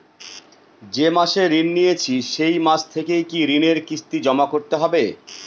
যে মাসে ঋণ নিয়েছি সেই মাস থেকেই কি ঋণের কিস্তি জমা করতে হবে?